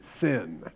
sin